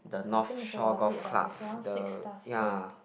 I think it's about these lah that's around six stuffs here